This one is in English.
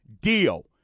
deal